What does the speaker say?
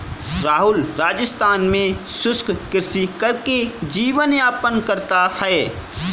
राहुल राजस्थान में शुष्क कृषि करके जीवन यापन करता है